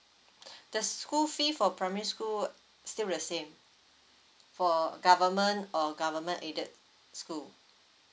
the school fee for primary school wou~ still the same for government or government aided school